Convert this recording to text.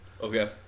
okay